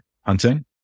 hunting